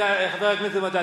חבר הכנסת מג'אדלה,